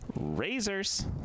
razors